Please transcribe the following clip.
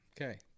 Okay